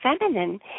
feminine